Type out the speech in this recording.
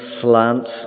slant